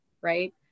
right